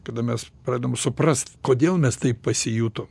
kada mes pradedam suprasti kodėl mes taip pasijuto